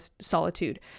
solitude